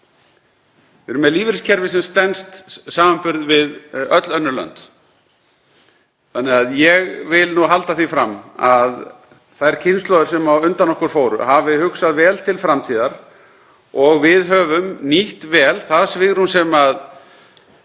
Við erum með lífeyriskerfi sem stenst samanburð við öll önnur lönd. Ég vil halda því fram að þær kynslóðir sem á undan okkur fóru hafi hugsað vel til framtíðar og við höfum nýtt vel það svigrúm sem